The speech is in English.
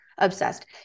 obsessed